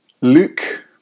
Luke